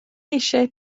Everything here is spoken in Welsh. eisiau